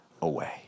away